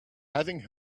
having